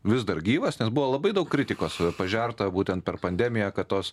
vis dar gyvas nes buvo labai daug kritikos pažerta būtent per pandemiją kad tos